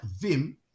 Vim